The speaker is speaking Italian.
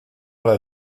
alla